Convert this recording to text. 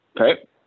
Okay